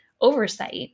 oversight